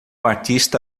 artista